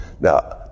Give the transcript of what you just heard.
Now